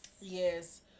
Yes